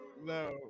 No